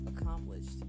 accomplished